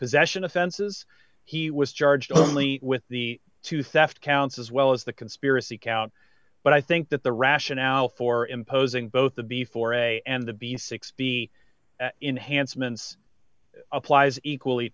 possession offenses he was charged only with the two theft counts as well as the conspiracy count but i think that the rationale for imposing both the before a and the b six b enhanced mintz applies equally